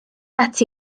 ati